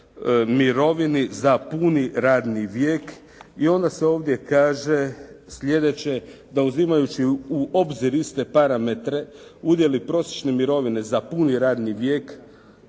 mirovini za puni radni vijek i onda se ovdje kaže sljedeće da uzimajući u obzir iste parametre udjeli prosječne mirovine za puni radni vijek